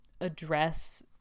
address